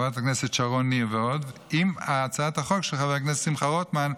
שרון ניר ועוד ועם הצעת החוק של חבר הכנסת שמחה רוטמן,